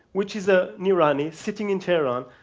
which is ah an iranian sitting in tehran,